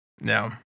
no